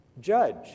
Judge